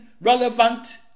relevant